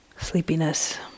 sleepiness